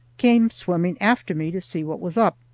came swimming after me to see what was up.